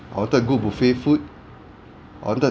I wanted good buffet food I wanted